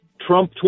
Trump